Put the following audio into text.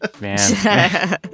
Man